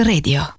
Radio